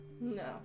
No